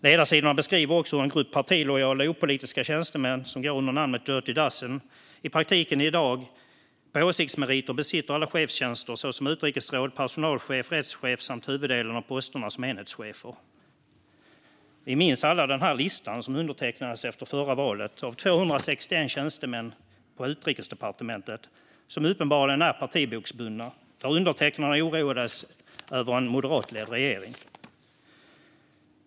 Ledarsidorna.se beskriver också hur en grupp partilojala opolitiska tjänstemän som går under namnet "the Dirty Dozen" i dag i praktiken besitter alla chefstjänster - såsom utrikesråd, personalchef, rättschef samt huvuddelen av posterna som enhetschefer - på åsiktsmeriter. Vi minns alla den lista jag nu håller upp och som efter förra valet undertecknades av 261 tjänstemän på Utrikesdepartementet - uppenbarligen partiboksbundna, då de oroade sig över en moderatledd regering.